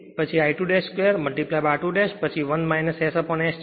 પછી I2 2 r2 પછી 1 SS છે